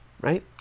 right